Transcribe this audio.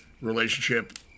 relationship